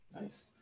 nice